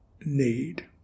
need